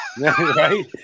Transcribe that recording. Right